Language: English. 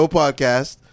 podcast